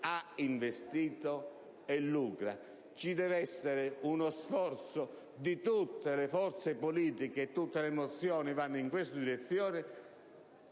ha investito e lucra. Ci deve essere uno sforzo di tutte le forze politiche - e tutte le mozioni vanno in questa direzione